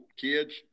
kids